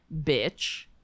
bitch